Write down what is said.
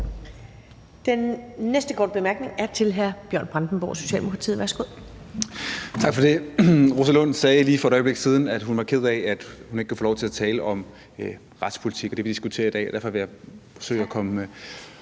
Den næste korte bemærkning er til hr. Bjørn Brandenborg, Socialdemokratiet. Værsgo.